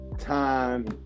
Time